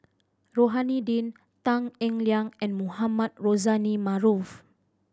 Rohani Din Tan Eng Liang and Mohamed Rozani Maarof